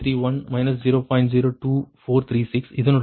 02436 இதனுடன் இந்த 2 உடன் உங்கள் 4